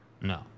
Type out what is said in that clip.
No